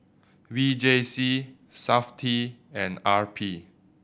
V J C Safti and R P